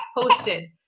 posted